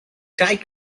tight